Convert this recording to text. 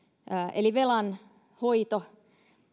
eli velan hoito